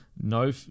No